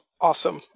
awesome